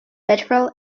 lateral